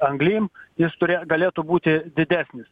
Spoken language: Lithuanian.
anglim jis turėjo galėtų būti didesnis